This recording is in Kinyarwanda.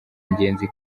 ingenzi